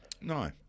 No